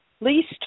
least